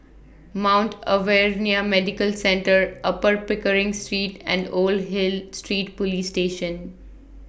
Mount Alvernia Medical Centre Upper Pickering Street and Old Hill Street Police Station